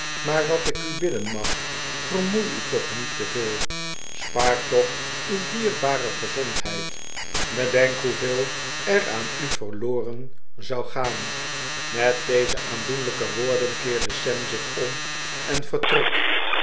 maar wat ik u bidden mag vermoei u toch niet te veel spaar toch uw dierbare gezondheid bedenk hoeveel er aan u verloren zou gaan met deze aandoenlijke woorden keerde sam zich om en vertrok